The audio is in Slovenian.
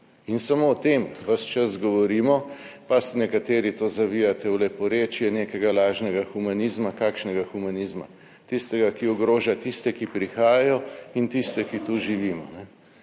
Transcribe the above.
in samo o tem ves čas govorimo, pa nekateri to zavijate v leporečje nekega lažnega humanizma. Kakšnega humanizma? Tistega, ki ogroža tiste, ki prihajajo, in tiste, ki tu živimo,